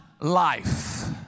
life